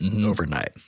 overnight